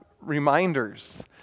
reminders